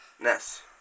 Ness